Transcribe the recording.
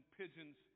pigeons